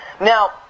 Now